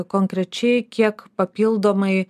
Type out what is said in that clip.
konkrečiai kiek papildomai